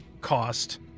cost